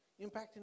Impacting